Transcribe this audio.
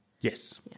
Yes